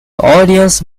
audience